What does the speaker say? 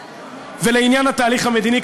לעניין התהליך המדיני,